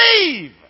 leave